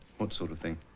what sort of thing?